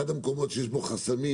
אחד המקומות שיש בו חסמים,